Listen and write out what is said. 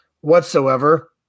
whatsoever